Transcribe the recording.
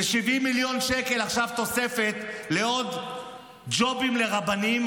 ו-70 מיליון שקל עכשיו תוספת לעוד ג'ובים לרבנים,